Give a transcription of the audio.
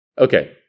Okay